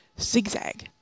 zigzag